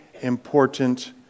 important